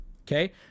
okay